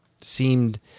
seemed